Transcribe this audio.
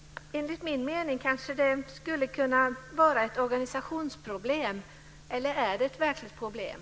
Enligt min mening är det kanske ett organisationsproblem. Eller är det ett verkligt problem?